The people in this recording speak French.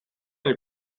elle